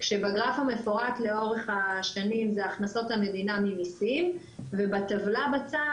כשבגרף המפורט לאורך השנים זה הכנסות המדינה ממסים ובטבלה בצד